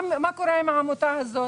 מה קורה עם העמותה האחרת?